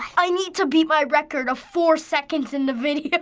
i need to beat my record of four seconds in the video.